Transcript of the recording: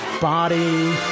body